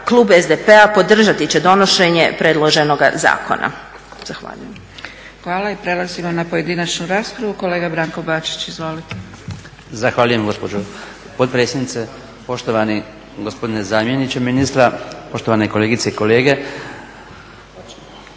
klub SDP-a podržati će donošenje predloženoga zakona. Zahvaljujem. **Zgrebec, Dragica (SDP)** Hvala. I prelazimo na pojedinačnu raspravu. Kolega Branko Bačić, izvolite. **Bačić, Branko (HDZ)** Zahvaljujem gospođo potpredsjednice, poštovani gospodine zamjeniče ministra, poštovane kolegice i kolege.